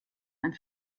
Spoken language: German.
ein